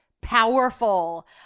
powerful